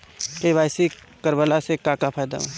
KYC करवला से का का फायदा बा?